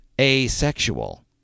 asexual